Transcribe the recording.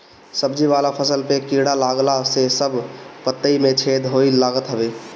सब्जी वाला फसल पे कीड़ा लागला से सब पतइ में छेद होए लागत हवे